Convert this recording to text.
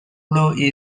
blue